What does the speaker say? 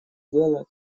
дело